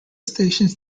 stations